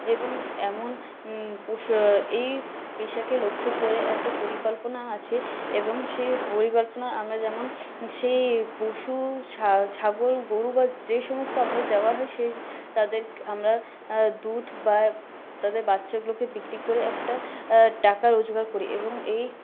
এবং এমন এই পেশাকে লক্ষ্য করে একটা পরিকল্পনা আছে এবং সেই পরিকল্পনা আমরা যেমন সেই পশু ছাগল গরু বা যে সমস্ত আমাদের দেওয়া হয় সেই তাদের আমরা দুধ বা তাদের বাচ্চাগুলোকে বিক্রি করে একটা টাকা রোজগার করি এবং এই